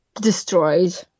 Destroyed